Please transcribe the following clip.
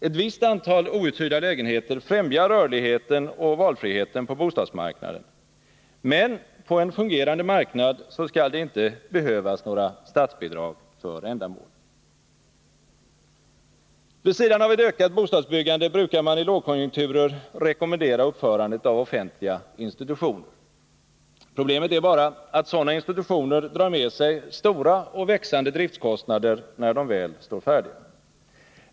Ett visst antal outhyrda lägenheter främjar rörligheten och valfriheten på bostadsmarknaden, men på en fungerande marknad skall det inte behövas några statsbidrag för ändamålet. Vid sidan av ett ökat bostadsbyggande brukar man i lågkonjunkturer rekommendera uppförandet av offentliga institutioner. Problemet är bara att sådana institutioner drar med sig stora och växande driftkostnader, när de väl står färdiga.